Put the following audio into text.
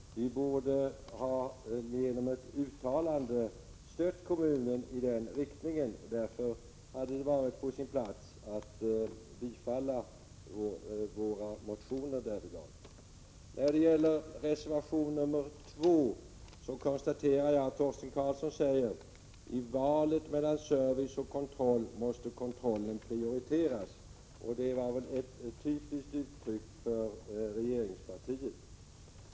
Vi borde genom ett uttalande ha stött kommunen i den frågan, och därför hade det varit på sin plats att bifalla våra motioner på det området. När det gäller reservation nr 2 konstaterar jag att Torsten Karlsson säger: I valet mellan service och kontroll måste kontrollen prioriteras. Det var väl ett typiskt uttryck för regeringspartiet.